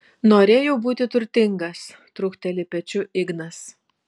norėjau būti turtingas trūkteli pečiu ignas